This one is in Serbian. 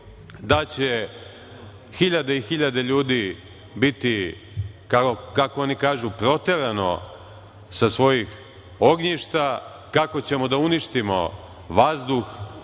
da će hiljade i hiljade ljudi biti kako oni kažu proterano a svojih ognjišta, kako ćemo da uništimo vazduh,